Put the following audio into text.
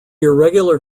irregular